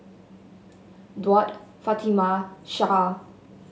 Daud Fatimah Shah